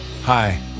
Hi